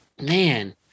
man